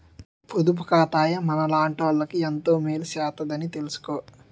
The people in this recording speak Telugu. పొదుపు ఖాతాయే మనలాటోళ్ళకి ఎంతో మేలు సేత్తదని తెలిసుకో